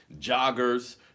joggers